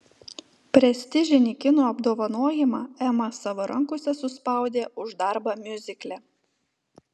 prestižinį kino apdovanojimą ema savo rankose suspaudė už darbą miuzikle